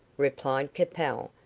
replied capel,